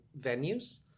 venues